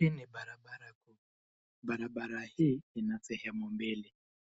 Hii ni barabara. Barabara hii ina sehemu mbili,